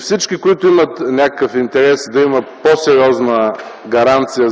Всички, които имат някакъв интерес да има по-сериозна гаранция